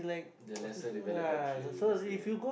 the lesser developed country because they